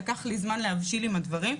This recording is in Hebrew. לקח לי זמן להבשיל עם הדברים.